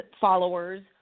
followers